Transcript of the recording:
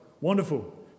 Wonderful